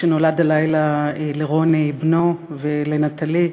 שנולד הלילה לרוני בנו ולנטלי,